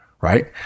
right